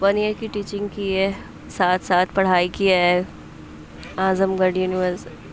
one year کی teaching کی ہے ساتھ ساتھ پڑھائی کیا ہے اعظم گڑھ یونیورس